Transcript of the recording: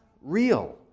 real